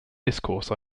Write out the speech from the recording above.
discourse